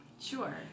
Sure